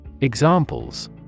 Examples